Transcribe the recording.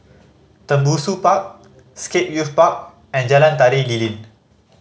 Tembusu Park Scape Youth Park and Jalan Tari Lilin